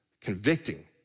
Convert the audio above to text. Convicting